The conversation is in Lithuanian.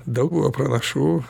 dauguma pranašų